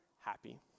happy